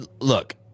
look